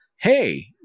hey